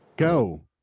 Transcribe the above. Go